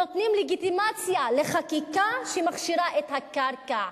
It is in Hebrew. נותנים לגיטימציה לחקיקה שמכשירה את הקרקע.